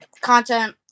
content